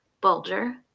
Bulger